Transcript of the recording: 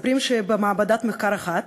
מספרים שבמעבדת מחקר אחת